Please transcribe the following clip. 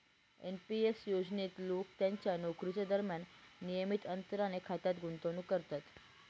NP S योजनेत लोक त्यांच्या नोकरीच्या दरम्यान नियमित अंतराने खात्यात गुंतवणूक करतात